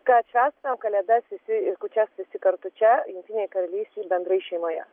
kad švęst kalėdas visi ir kūčias visi kartu čia jungtinėj karalystėj bendrai šeimoje